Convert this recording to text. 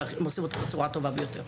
שהם עושים אותה בצורה הטובה ביותר.